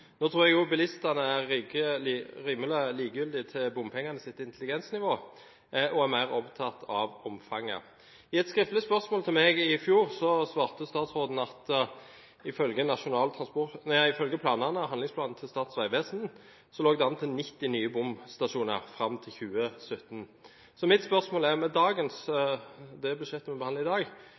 Nå tror jeg bilistene er rimelig likegyldige til bompengenes intelligensnivå. De er mer opptatt av omfanget. På skriftlig spørsmål fra meg i vår svarte statsråden at ifølge handlingsprogrammet til Statens vegvesen lå det an til 90 nye bomstasjoner fram til 2017. Så mitt spørsmål er, med det budsjettet vi behandler i dag: